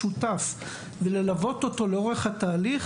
וללוות אותו לאורך התהליך